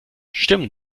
stimmen